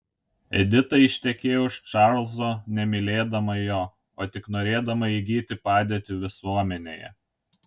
edita ištekėjo už čarlzo nemylėdama jo o tik norėdama įgyti padėtį visuomenėje